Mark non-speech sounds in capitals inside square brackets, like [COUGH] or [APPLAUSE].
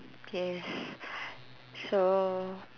yes [BREATH] so